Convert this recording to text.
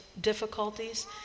difficulties